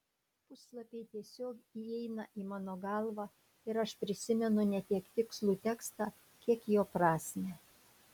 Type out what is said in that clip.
puslapiai tiesiog įeina į mano galvą ir aš prisimenu ne tiek tikslų tekstą kiek jo prasmę